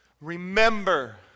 Remember